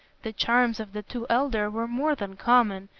the charms of the two elder were more than common,